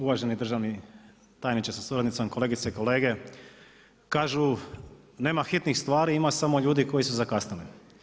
Uvaženi državni tajniče sa suradnicom, kolegice i kolege, kažu nema hitnih stvari ima samo ljudi koji su zakasnili.